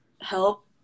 help